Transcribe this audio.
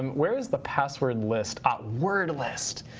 and where is the password list? ah, word list.